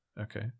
Okay